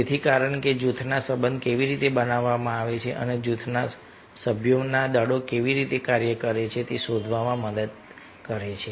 તેથી કારણ કે તે જૂથમાં સંબંધ કેવી રીતે બનાવવામાં આવે છે અને જૂથના સભ્યોમાં દળો કેવી રીતે કાર્ય કરે છે તે શોધવામાં મદદ કરે છે